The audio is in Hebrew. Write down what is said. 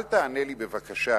אל תענה לי, בבקשה,